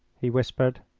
he whispered.